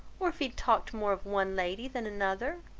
or if he had talked more of one lady than another,